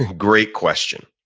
great question.